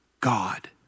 God